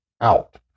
out